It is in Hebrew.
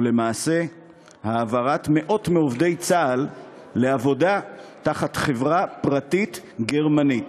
ולמעשה העברת מאות מעובדי צה"ל לעבודה תחת חברה פרטית גרמנית,